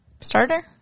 Starter